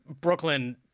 Brooklyn